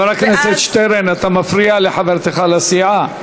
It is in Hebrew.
חבר הכנסת שטרן, אתה מפריע לחברתך לסיעה.